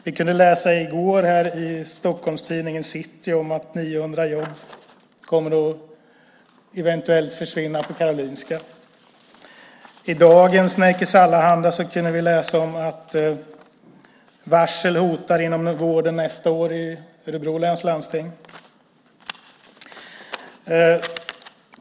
Vi kunde läsa i går i Stockholmstidningen City om att 900 jobb eventuellt kommer att försvinna på Karolinska. I dagens Nerikes Allehanda kunde vi läsa om att varsel hotar inom vården nästa år i Örebro läns landsting.